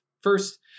first